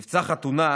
"מבצע חתונה"